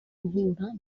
guhura